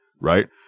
Right